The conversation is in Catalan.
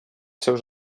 seus